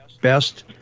best